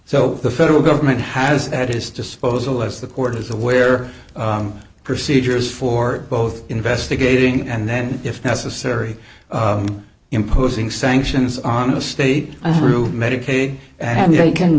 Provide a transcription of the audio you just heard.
so the federal government has at his disposal as the court is aware procedures for both investigating and then if necessary imposing sanctions on the state through medicaid and they can